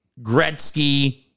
Gretzky